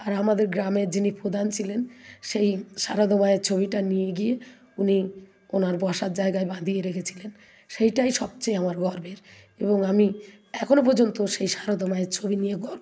আর আমাদের গ্রামের যিনি প্রধান ছিলেন সেই সারদা মায়ের ছবিটা নিয়ে গিয়ে উনি ওনার বসার জায়গায় বাঁধিয়ে রেখেছিলেন সেটাই সবচেয়ে আমার গর্বের এবং আমি এখনো পর্যন্ত সেই সারদা মায়ের ছবি নিয়ে গর্ব করি